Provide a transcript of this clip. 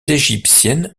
égyptiennes